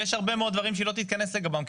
יש הרבה מאוד דברים שהיא לא תתכנס לגביהם,